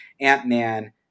Ant-Man